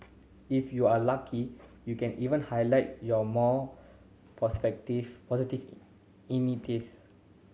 if you are lucky you can even highlight your more positive initiatives